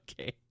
Okay